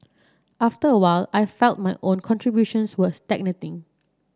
after a while I felt my own contributions were stagnating